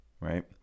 right